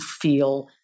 feel